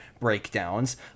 breakdowns